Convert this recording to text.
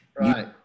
Right